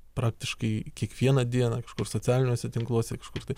praktiškai kiekvieną dieną kažkur socialiniuose tinkluose kažkur tai